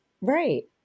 Right